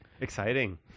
Exciting